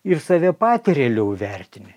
ir save patį realiau vertini